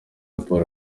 paul